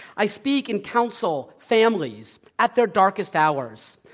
i speak and counsel families at their darkest hours.